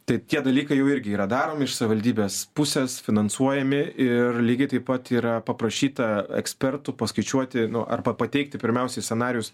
tai tie dalykai jau irgi yra daromi iš savivaldybės pusės finansuojami ir lygiai taip pat yra paprašyta ekspertų paskaičiuoti nuo arba pateikti pirmiausia scenarijus